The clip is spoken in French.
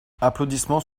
applaudissements